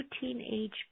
teenage